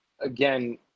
again